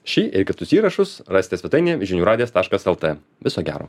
šį ir kitus įrašus rasite svetainėje žinių radijo taškas lt viso gero